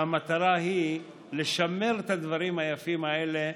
והמטרה היא לשמר את הדברים היפים האלה,